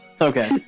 Okay